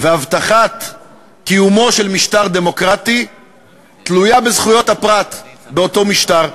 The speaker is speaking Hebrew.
והבטחת קיומו של משטר דמוקרטי תלויה בזכויות הפרט באותו משטר.